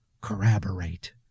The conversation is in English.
Corroborate